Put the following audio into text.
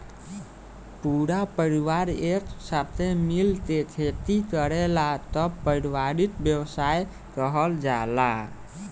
पूरा परिवार एक साथे मिल के खेती करेलालो तब पारिवारिक व्यवसाय कहल जाला